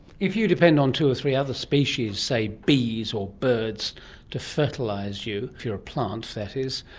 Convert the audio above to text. if you depend on two or three other species, say bees or birds to fertilise you, if you are a plant that is,